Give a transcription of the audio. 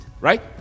right